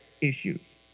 issues